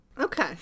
Okay